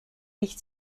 nicht